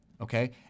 okay